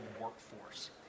workforce